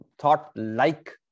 thought-like